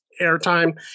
airtime